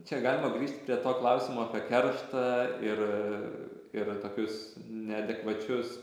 čia galima grįžt prie to klausimo apie kerštą ir ir tokius neadekvačius